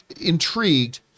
intrigued